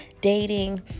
dating